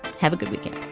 have a good weekend